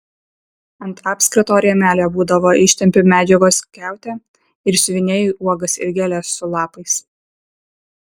ant apskrito rėmelio būdavo ištempiu medžiagos skiautę ir siuvinėju uogas ir gėles su lapais